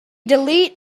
delete